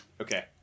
Okay